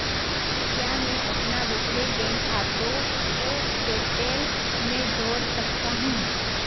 क्या मैं अपना दूसरे बैंक खातों को पेपैल में जोड़ सकता हूँ